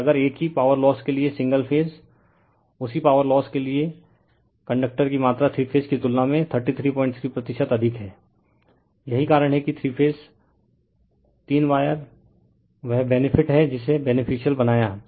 फिर अगर एक ही पॉवर लोस के लिए सिंगल फेज उसी पॉवर लोस के लिए कि कंडक्टर की मात्रा थ्री फेज की तुलना में 333 प्रतिशत अधिक है यही कारण है कि थ्री फेज तीन वायर वह बेनिफिट है जिसे बेनिफिसिअल बनाया